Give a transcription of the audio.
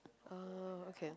uh okay